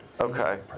Okay